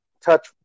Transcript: touch